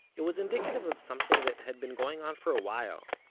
it was indicative of something that had been going on for a while,